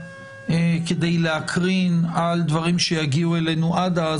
כדי להקרין על דברים שיגיעו אלינו עד אז,